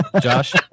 Josh